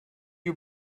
you